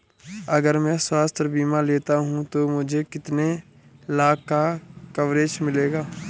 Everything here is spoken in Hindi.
अगर मैं स्वास्थ्य बीमा लेता हूं तो मुझे कितने लाख का कवरेज मिलेगा?